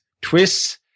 twists